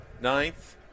ninth